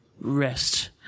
rest